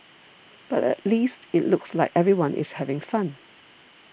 but at least it looks like everyone is having fun